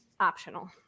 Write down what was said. Optional